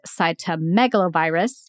cytomegalovirus